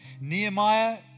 Nehemiah